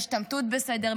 השתמטות בסדר.